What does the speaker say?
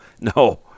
no